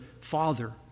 father